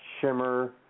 Shimmer